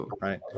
right